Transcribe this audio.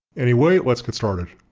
anyway, let's get started.